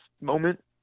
moment